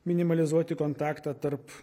minimalizuoti kontaktą tarp